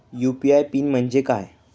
UPI PIN म्हणजे काय?